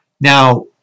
Now